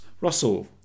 Russell